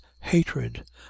hatred